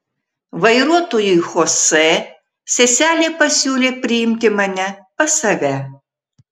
vairuotojui chosė seselė pasiūlė priimti mane pas save